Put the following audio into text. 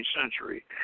century